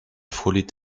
frôlait